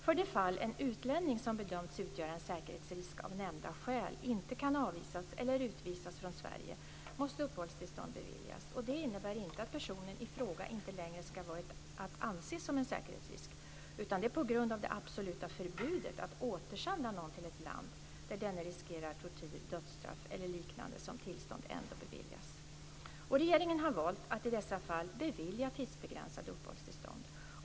För det fall en utlänning som bedömts utgöra en säkerhetsrisk av nämnda skäl inte kan avvisas eller utvisas från Sverige måste uppehållstillstånd beviljas. Det innebär inte att personen i fråga inte längre skulle vara att anse som en säkerhetsrisk, utan det är på grund av det absoluta förbudet att återsända någon till ett land där denna riskerar tortyr, dödsstraff eller liknande som tillstånd ändå beviljas. Regeringen har valt att i dessa fall bevilja tidsbegränsade uppehållstillstånd.